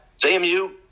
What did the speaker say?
JMU